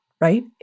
right